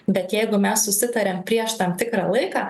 bet jeigu mes susitariam prieš tam tikrą laiką